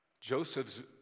Joseph's